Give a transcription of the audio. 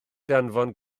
danfon